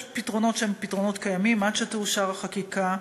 יש פתרונות שהם פתרונות קיימים עד שתאושר החקיקה,